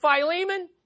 Philemon